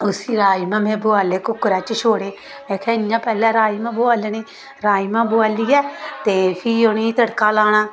उसी राजमांह् में बुआले कुक्करै च छोडे़ में आखेआ इ'यां पैह्ले राजमांह् बुआलने राजमांह् बुआलियै ते फ्ही उ'नें गी तड़ का लाना